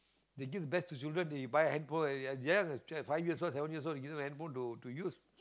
they give best to children they buy handphone and young they are still five years old seven years old you give them handphone to use